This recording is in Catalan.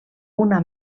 una